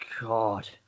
God